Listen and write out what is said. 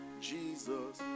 Jesus